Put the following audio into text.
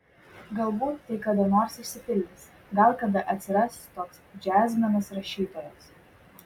galbūt tai kada nors išsipildys gal kada atsiras toks džiazmenas rašytojas